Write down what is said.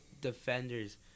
defenders